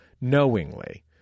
knowingly